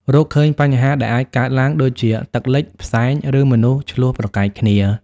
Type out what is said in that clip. រកឃើញបញ្ហាដែលអាចកើតឡើង ដូចជាមានទឹកលិច ផ្សែង ឬមនុស្សឈ្លោះប្រកែកគ្នា។